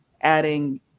adding